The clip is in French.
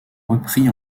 repris